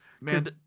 Man